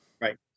Right